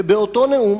ובאותו נאום